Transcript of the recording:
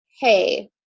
hey